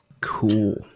Cool